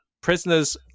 Prisoners